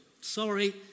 Sorry